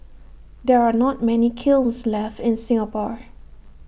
there are not many kilns left in Singapore